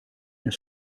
naar